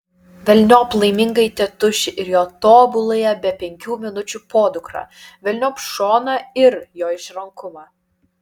velniop laimingąjį tėtušį ir jo tobuląją be penkių minučių podukrą velniop šoną ir jo išrankumą